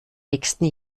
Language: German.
nächsten